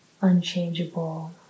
unchangeable